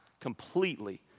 completely